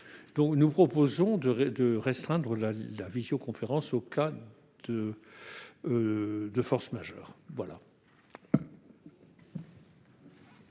nous proposons de restreindre la visioconférence aux cas de force majeure.